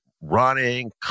running